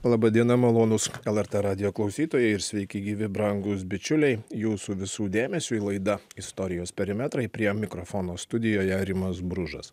laba diena malonūs lrt radijo klausytojai ir sveiki gyvi brangūs bičiuliai jūsų visų dėmesiui laida istorijos perimetrai prie mikrofono studijoje rimas bružas